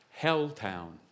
Helltown